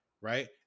right